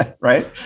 right